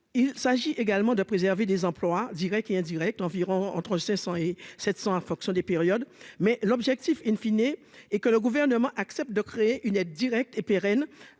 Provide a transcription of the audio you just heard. il s'agit également de préserver des emplois Directs et indirects environ entre 500 et 700 en fonction des périodes mais l'objectif in fine et et que le gouvernement accepte de créer une aide directe et pérenne,